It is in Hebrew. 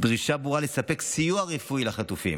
ודרישה ברורה לספק סיוע רפואי לחטופים.